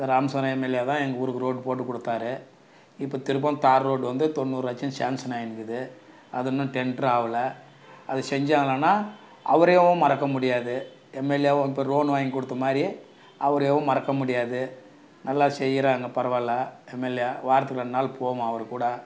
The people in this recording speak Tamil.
ராமசாமி எம்எல்ஏ தான் எங்கூருக்கு ரோடு போட்டுக் கொடுத்தாரு இப்போ திரும்பவும் தார் ரோடு வந்து தொண்ணூறு லட்சம் சேங்ஷன் ஆயிருக்குது அது இன்னும் டெண்டரு ஆகல அதை செஞ்சாங்கன்னா அவரையும் மறக்க முடியாது எம்எல்ஏவும் இப்போ லோன் வாங்கி கொடுத்த மாதிரி அவரையும் மறக்க முடியாது நல்லா செய்கிறாங்க பரவாயில்ல எம்எல்ஏ வாரத்துக்கு ரெண்டுநாள் போவோம் அவருக்கூட